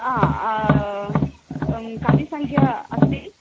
आ कति सङ्ख्या अस्ति